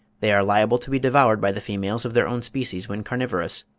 they are liable to be devoured by the females of their own species when carnivorous,